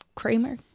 Kramer